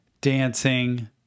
dancing